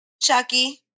chucky